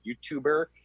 YouTuber